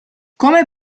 come